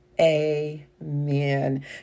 amen